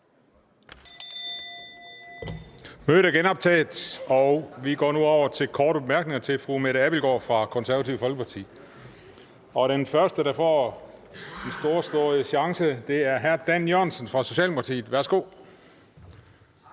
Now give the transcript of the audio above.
Mødet er genoptaget. Vi går nu over til korte bemærkninger til fru Mette Abildgaard fra Det Konservative Folkeparti. Den første, der får en storslået chance, er hr. Dan Jørgensen fra Socialdemokratiet. Værsgo.